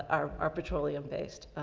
are, are petroleum based.